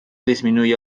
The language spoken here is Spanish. disminuye